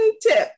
tip